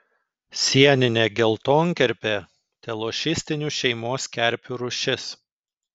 sieninė geltonkerpė telošistinių šeimos kerpių rūšis